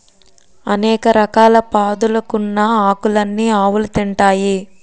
అనేక రకాల పాదులుకున్న ఆకులన్నీ ఆవులు తింటాయి